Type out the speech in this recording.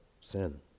sin